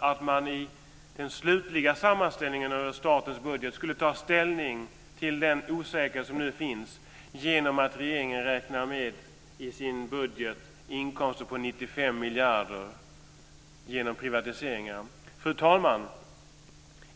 att man i den slutliga sammanställningen över statens budget skulle ta ställning till den osäkerhet som nu finns på grund av att regeringen i sin budget räknar med inkomster på 95 miljarder genom privatiseringar. Fru talman!